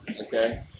okay